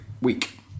week